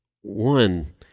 one